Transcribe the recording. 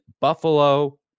Buffalo